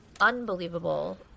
unbelievable